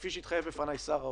כפי שהתחייב בפניי שר האוצר,